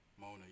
Mona